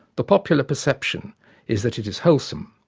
the popular perception is that it is wholesome.